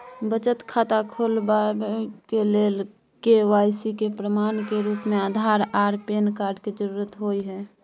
बचत खाता खोलाबय के लेल के.वाइ.सी के प्रमाण के रूप में आधार आर पैन कार्ड के जरुरत होय हय